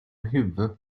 huvud